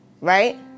right